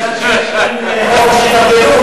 חופש התארגנות,